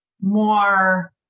more